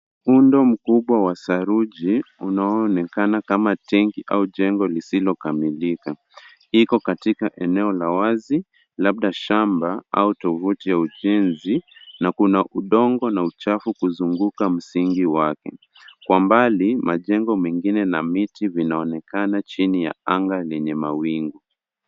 Muundo mkubwa wa saruji, unaoonekana kama tenki au jengo lisilokamilika, iko katika eneo la wazi, labda shamba au tovuti ya ujenzi, na kuna udongo na uchafu kuzunguka msingi wake. Kwa mbali, majengo mengine na miti vinaonekana chini ya anga lenye mawingu.